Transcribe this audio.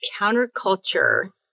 Counterculture